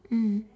mm